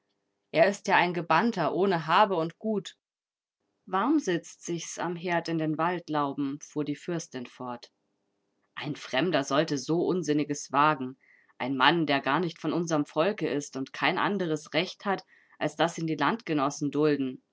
er ist ja ein gebannter ohne habe und gut warm sitzt sich's am herd in den waldlauben fuhr die fürstin fort ein fremder sollte so unsinniges wagen ein mann der gar nicht von unserem volke ist und kein anderes recht hat als daß ihn die landgenossen dulden